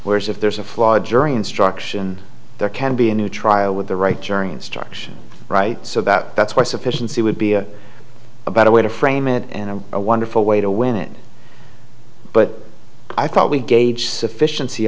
whereas if there's a flawed jury instruction there can be a new trial with the right jury instruction right so that that's where sufficiency would be a better way to frame it and a wonderful way to win it but i thought we gauge sufficien